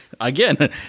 again